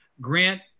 Grant